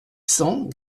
cents